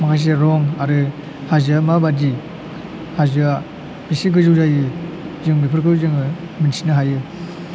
माखासे रं आरो हाजोआ माबायदि हाजोआ बेसे गोजौ जायो जों बेफोरखौ जोङो मिनथिनो हायो